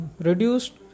reduced